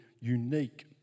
unique